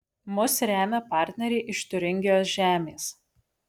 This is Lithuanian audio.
mus remia partneriai iš tiuringijos žemės